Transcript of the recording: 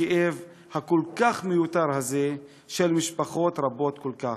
הכאב הכל-כך מיותר הזה של משפחות רבות כל כך.